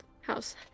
House